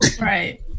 right